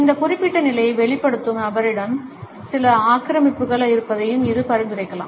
இந்த குறிப்பிட்ட நிலையை வெளிப்படுத்தும் நபரிடமும் சில ஆக்கிரமிப்புகள் இருப்பதையும் இது பரிந்துரைக்கலாம்